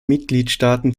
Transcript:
mitgliedstaaten